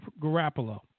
Garoppolo